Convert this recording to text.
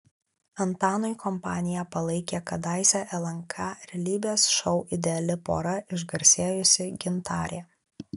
antanui kompaniją palaikė kadaise lnk realybės šou ideali pora išgarsėjusi gintarė